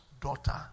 daughter